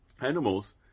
Animals